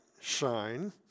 shine